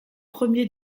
premiers